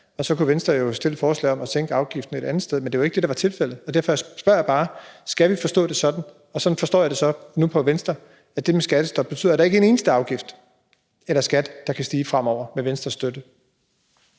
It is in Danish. og så kunne Venstre jo stille et forslag om at sænke afgiften et andet sted. Men det var jo ikke det, der var tilfældet, og derfor spørger jeg bare: Skal vi forstå det sådan – og sådan forstår jeg det så nu på Venstre – at det med skattestoppet betyder, at der ikke er en eneste afgift eller skat, der kan stige fremover med Venstres støtte?